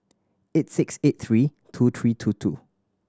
eight six eight three two three two two